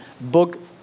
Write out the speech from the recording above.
book